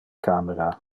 camera